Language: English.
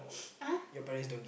!huh!